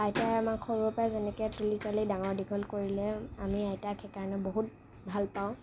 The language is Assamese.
আইতাই আমাক সৰুৰপৰাই যেনেকৈ তুলি তালি ডাঙৰ দীঘল কৰিলে আমি আইতাক সেইকাৰণে বহুত ভালপাওঁ